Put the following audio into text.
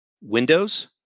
windows